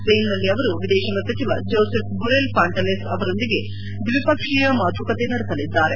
ಸ್ವೇನ್ನಲ್ಲಿ ಅವರು ವಿದೇಶಾಂಗ ಸಚಿವ ಜೋಸಫ್ ಬೊರೆಲ್ ಫಾಂಟಲೆಸ್ ಅವರೊಂದಿಗೆ ದ್ವಿಪಕ್ಷೀಯ ಮಾತುಕತೆ ನಡೆಸಲಿದ್ದಾರೆ